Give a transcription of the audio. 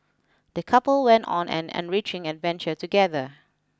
the couple went on an enriching adventure together